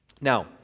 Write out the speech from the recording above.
Now